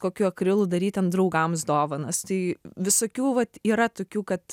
kokiu akrilu daryt ten draugams dovanas tai visokių vat yra tokių kad